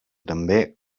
també